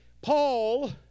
Paul